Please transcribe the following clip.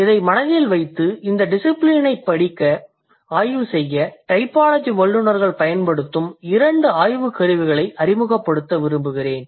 இதை மனதில் வைத்து இந்த டிசிபிலினை ஆய்வுசெய்ய டைபாலஜி வல்லுநர்கள் பயன்படுத்தும் இரண்டு ஆய்வுக் கருவிகளை அறிமுகப்படுத்த விரும்புகிறேன்